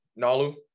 Nalu